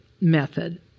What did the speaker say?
method